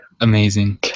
amazing